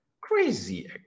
crazy